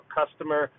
customer